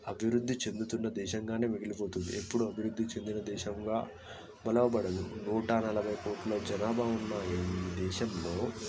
అభివృద్ధి చెందుతున్న దేశంగానే మిగిలిపోతుంది ఎప్పుడు అభివృద్ధి చెందిన దేశంగా బలపడదు నూట నలభై కోట్ల జనాభా ఉన్న ఈ మన దేశంలో